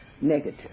Negative